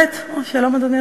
שנים,